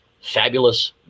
fabulous